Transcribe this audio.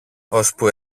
ώσπου